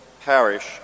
parish